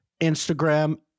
Instagram